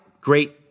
great